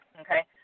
okay